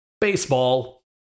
baseball